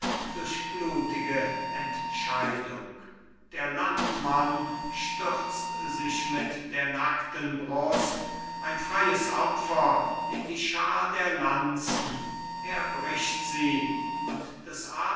durch blutige entscheidung der landmann stürzt sich mit der nackten brust ein freies opfer in die schar der lanzen er bricht sie und des